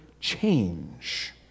change